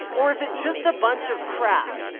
or is it just a bunch of crap?